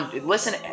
Listen